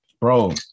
Bro